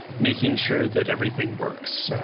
making sure that everything works.